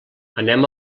anem